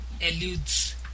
eludes